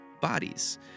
bodies